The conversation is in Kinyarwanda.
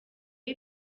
aho